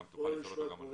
יש לנו את